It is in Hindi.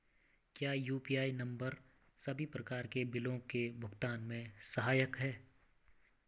क्या यु.पी.आई नम्बर सभी प्रकार के बिलों के भुगतान में सहायक हैं?